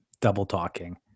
double-talking